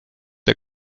der